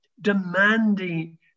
demanding